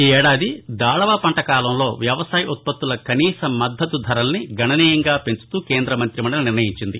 ఈఏడాది దాళవా పంటకాలంలో వ్యవసాయ ఉత్పత్తుల కనీస మద్దతు ధరలను గణనీయంగా సవరిస్తూ కేంద మంతి మండలి నిర్ణయించింది